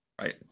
right